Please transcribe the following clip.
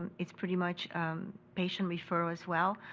it's pretty much patient referral as well.